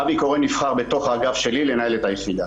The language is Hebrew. אבי קורן נבחר בתוך האף שלי לנהל את היחידה.